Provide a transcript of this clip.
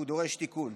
והוא דורש תיקון.